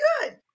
good